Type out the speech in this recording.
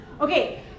Okay